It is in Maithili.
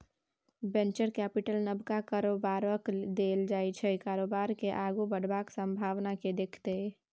बेंचर कैपिटल नबका कारोबारकेँ देल जाइ छै कारोबार केँ आगु बढ़बाक संभाबना केँ देखैत